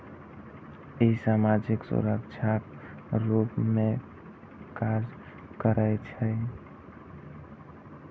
ई सामाजिक सुरक्षाक रूप मे काज करै छै